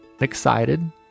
excited